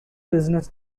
business